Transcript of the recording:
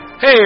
Hey